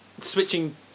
Switching